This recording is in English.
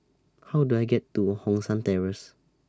How Do I get to Hong San Terrace